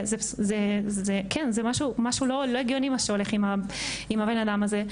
זה משהו לא הגיוני מה שהולך עם הבן אדם הזה.